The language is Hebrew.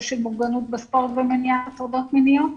של מוגנות בספורט ומניעת הטרדות מיניות.